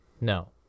no